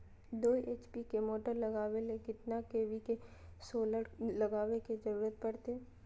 दो एच.पी के मोटर चलावे ले कितना के.वी के सोलर लगावे के जरूरत पड़ते?